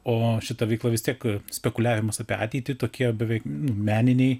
o šita veikla vis tiek spekuliavimas apie ateitį tokie beveik meniniai